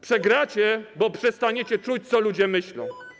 Przegracie, bo przestaniecie czuć, co ludzie myślą.